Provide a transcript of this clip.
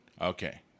Okay